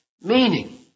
meaning